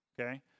Okay